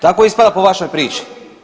Tako ispada po vašoj priči.